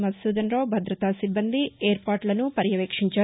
మధుసూదనరావు భద్రతా సిబ్బంది ఏర్పాట్లను పర్యవేక్షించారు